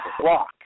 Block